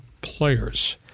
players